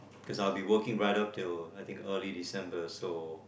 cause I'll be working right up till I think early December so